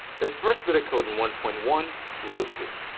this first bit of code in one point one loads it.